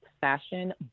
fashion